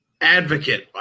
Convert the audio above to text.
Advocate